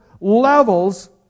levels